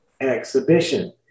exhibition